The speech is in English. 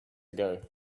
ago